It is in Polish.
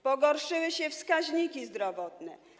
Pogorszyły się wskaźniki zdrowotne.